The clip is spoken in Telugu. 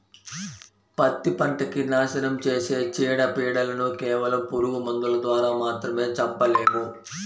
పత్తి పంటకి నాశనం చేసే చీడ, పీడలను కేవలం పురుగు మందుల ద్వారా మాత్రమే చంపలేము